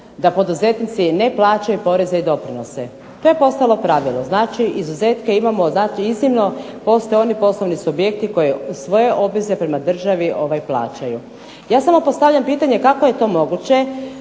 da poduzetnici ne plaćaju poreze i doprinose. To je postalo pravilo, znači izuzetke imamo … iznimno, postoje oni poslovni subjekti koji svoje obveze prema državi plaćaju. Ja samo postavljam pitanje kako je to moguće